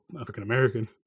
African-American